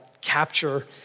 capture